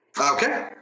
Okay